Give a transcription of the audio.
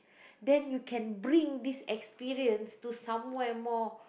then you can bring this experience to somewhere more